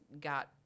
got